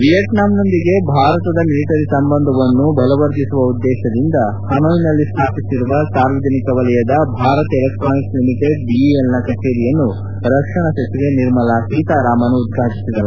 ವಿಯೆಟ್ನಾಂನೊಂದಿಗೆ ಭಾರತದ ಮಿಲಿಟರಿ ಸಂಬಂಧವನ್ನು ಬಲವರ್ಧಿಸುವ ಉದ್ದೇಶದಿಂದ ಹನೊಯ್ನಲ್ಲಿ ಸ್ಟಾಪಿಸಿರುವ ಸಾರ್ವಜನಿಕ ವಲಯದ ಭಾರತ್ ಎಲೆಕ್ಷಾನಿಕ್ಸ್ ಲಿಮಿಟೆಡ್ ಬಿಇಎಲ್ನ ಕಚೇರಿಯನ್ನು ರಕ್ಷಣಾ ಸಚಿವೆ ನಿರ್ಮಲಾ ಸೀತಾರಾಮನ್ ಉದ್ವಾಟಿಸಿದರು